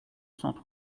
cents